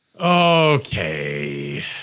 Okay